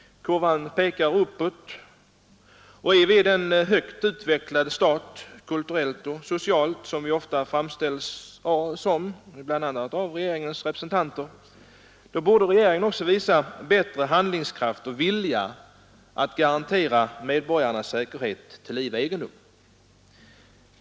Kurvan pekar uppåt, och om vårt land är den högt utvecklade stat, kulturellt och socialt, som Sverige ofta framställs, bl.a. av regeringens representanter, borde regeringen också visa bättre handlingskraft och vilja att garantera medborgarna säkerhet till liv och egendom.